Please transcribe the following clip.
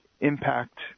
impact